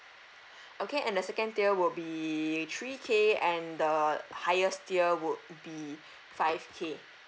okay and the second tier will be three K and the highest tier would be five K